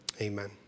Amen